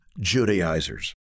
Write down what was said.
Judaizers